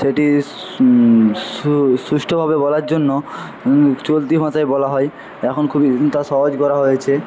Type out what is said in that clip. সেটি সু সুষ্ঠভাবে বলার জন্য চলতি ভাষায় বলা হয় এখন খুবই তা সহজ করা হয়েছে